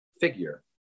figure